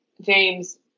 James